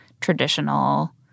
traditional